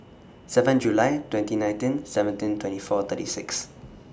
seven July twenty nineteen seventeen twenty four thirty six